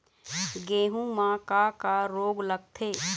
गेहूं म का का रोग लगथे?